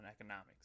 economics